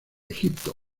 egipto